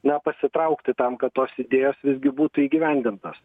na pasitraukti tam kad tos idėjos visgi būtų įgyvendintos